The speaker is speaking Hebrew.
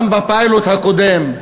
גם בפיילוט הקודם,